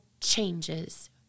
changes